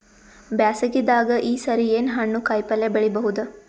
ಬ್ಯಾಸಗಿ ದಾಗ ಈ ಸರಿ ಏನ್ ಹಣ್ಣು, ಕಾಯಿ ಪಲ್ಯ ಬೆಳಿ ಬಹುದ?